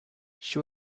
she